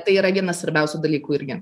tai yra vienas svarbiausių dalykų irgi